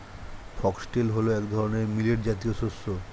foxtail হল এক ধরনের মিলেট জাতীয় শস্য